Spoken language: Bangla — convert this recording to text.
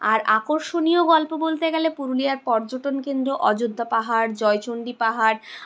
আর আকর্ষণীয় গল্প বলতে গেলে পুরুলিয়ার পর্যটন কেন্দ্র অযোধ্যা পাহাড় জয়চন্ডী পাহাড়